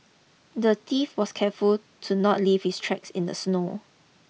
the thief was careful to not leave his tracks in the snow